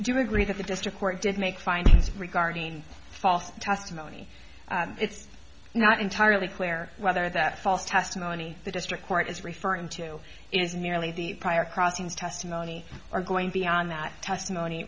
do agree that the district court did make findings regarding false testimony it's not entirely clear whether that false testimony the district court is referring to is merely the prior crossings testimony or going beyond that testimony